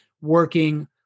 working